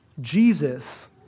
Jesus